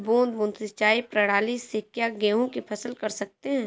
बूंद बूंद सिंचाई प्रणाली से क्या गेहूँ की फसल कर सकते हैं?